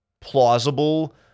plausible